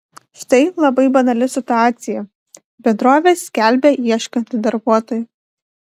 štai labai banali situacija bendrovė skelbia ieškanti darbuotojų